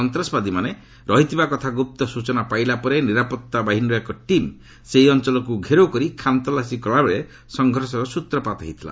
ସନ୍ତାସବାଦୀମାନେ ରହିଥିବା କଥା ଗୁପ୍ତ ସୂଚନା ପାଇଲା ପରେ ନିରାପତ୍ତା ବାହିନୀର ଏକ ଟିମ୍ ସେହି ଅଞ୍ଚଳକୁ ଘେରାଉ କରି ଖାନ୍ତଲାସୀ କଲାବେଳେ ସଂଘର୍ଷର ସ୍ତ୍ରପାତ ହୋଇଥିଲା